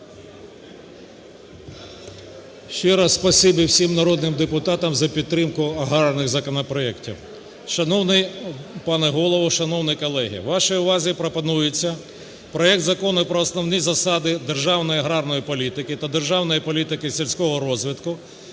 Ще раз спасибі всім народним депутатам за підтримку аграрних законопроектів. Шановний пане Голово, шановні колеги, вашій увазі пропонується проект Закону про основні засади державної аграрної політики та державної політики сільського розвитку